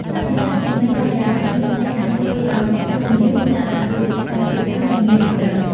ការបន្ថែមសំឡេងបរិយាកាសផ្សេងៗអាចជួយឱ្យបទចម្រៀងមានលក្ខណៈដូចជាខ្សែភាពយន្ត និង មានជម្រៅ។